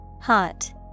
Hot